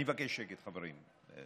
אני מבקש שקט, חברים.